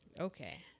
Okay